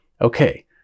okay